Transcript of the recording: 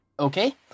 Okay